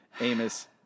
Amos